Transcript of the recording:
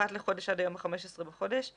אחת לחודש, עד היום ה-15 בחודש.